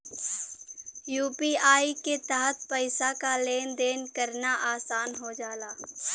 UPI के तहत पइसा क लेन देन करना आसान हो जाला